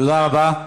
תודה רבה.